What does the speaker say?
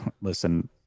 listen